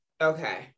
Okay